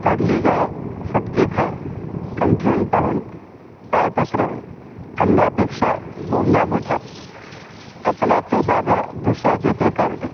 oddly गाय फटके खाय अंथरूण पाहून पाय पसरावे अंगापेक्षा बोंगा मोठा आपला तो बाब्या दुसऱ्याचे ते कारटे